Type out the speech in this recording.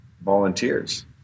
volunteers